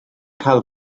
cael